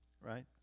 right